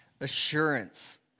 Assurance